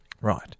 Right